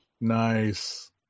Nice